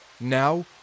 Now